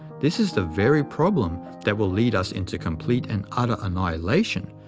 this is the very problem that will lead us into complete and utter annihilation,